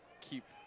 keep